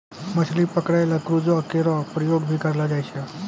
मछली पकरै ल क्रूजो केरो प्रयोग भी करलो जाय छै